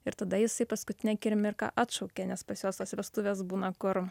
ir tada jisai paskutinę akimirką atšaukė nes pas juos tos vestuvės būna kur